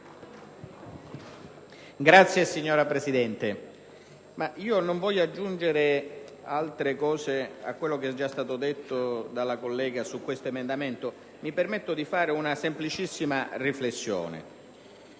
Signora Presidente, non voglio aggiungere altro a quanto già detto dalla collega su questo emendamento. Mi permetto di fare una semplicissima riflessione: